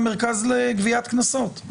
המרכז לגביית קנסות.